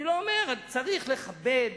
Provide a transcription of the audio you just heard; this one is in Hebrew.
אני לא אומר, צריך לכבד,